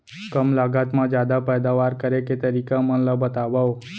कम लागत मा जादा पैदावार करे के तरीका मन ला बतावव?